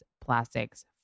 plastics